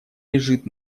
лежит